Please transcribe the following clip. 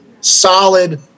solid